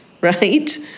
right